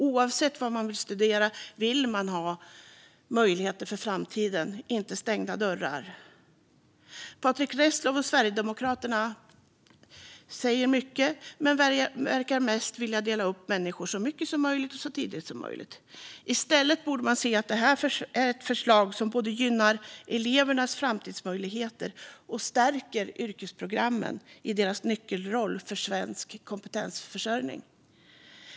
Oavsett vad man vill studera vill man ha möjligheter för framtiden - inte stängda dörrar. Patrick Reslow och Sverigedemokraterna säger mycket men verkar mest vilja dela upp människor så mycket som möjligt och så tidigt som möjligt. I stället borde de se att detta är ett förslag som både gynnar elevernas framtidsmöjligheter och stärker yrkesprogrammen i deras nyckelroll för svensk kompetensförsörjning.